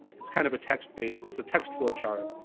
it's kind of a text-based it's a text flowchart.